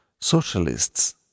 socialists